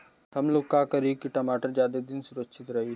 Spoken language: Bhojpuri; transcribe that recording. हमलोग का करी की टमाटर ज्यादा दिन तक सुरक्षित रही?